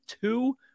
two